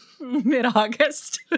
mid-August